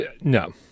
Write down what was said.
No